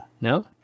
No